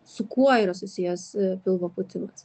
su kuo yra susijęs pilvo pūtimas